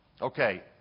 Okay